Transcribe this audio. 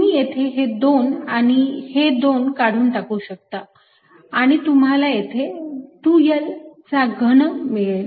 तुम्ही येथे हे 2 आणि हे 2 काढून टाकू शकता आणि तुम्हाला येथे 2 L चा घन मिळेल